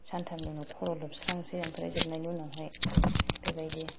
सानथामनि उनाव खर' लोबस्रांसै ओमफ्राय जोबनायनि उनावहाय बेबायदि